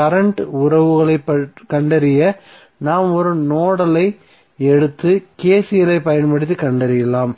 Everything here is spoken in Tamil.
கரண்ட் உறவுகளைக் கண்டறிய நாம் ஒரு நோடலை எடுத்து KCL ஐப் பயன்படுத்தி கண்டறியலாம்